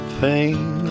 pain